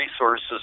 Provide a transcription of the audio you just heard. resources